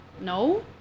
no